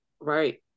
right